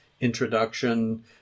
introduction